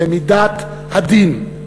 במידת הדין.